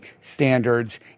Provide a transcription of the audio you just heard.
standards